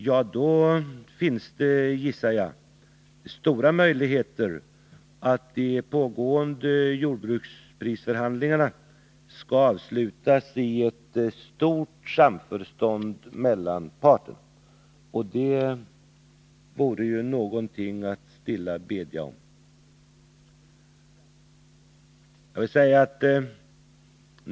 Ja, då gissar jag att det finns goda möjligheter att de pågående jordbruksprisförhandlingarna skall kunna avslutas i ett stort samförstånd mellan parterna. Och det vore en nåd att stilla bedja om.